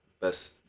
best